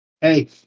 Hey